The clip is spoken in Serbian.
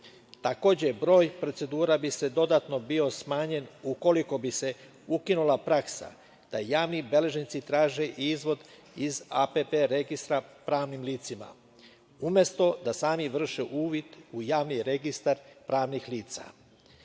broj procedura bi dodatno bio smanjen ukoliko bi se ukinula praksa da javni beležnici traže izvod iz APP registra pravnim licima, umesto da sami vrše uvid u javni registar pravnih